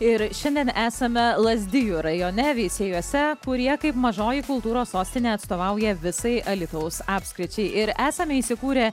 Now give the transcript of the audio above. ir šiandien esame lazdijų rajone veisiejuose kurie kaip mažoji kultūros sostinė atstovauja visai alytaus apskričiai ir esame įsikūrę